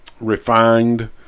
refined